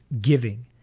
giving